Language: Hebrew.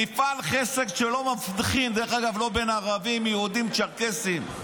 מפעל חסד שלא מבחין בין ערבים לבין יהודים לבין צ'רקסים.